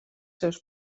seus